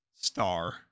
star